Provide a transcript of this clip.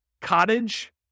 Cottage